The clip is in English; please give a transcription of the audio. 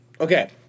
Okay